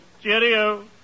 cheerio